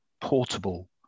portable